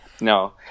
No